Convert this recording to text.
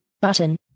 button